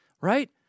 right